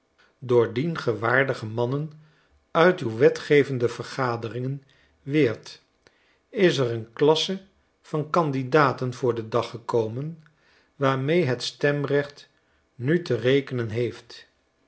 doordien ge waardige mannen uit uw wetgevende vergaderingen weert is er een klasse van candidaten voor den dag gekomen waarmee het stemrecht nu te rekenen heeft